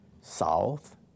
south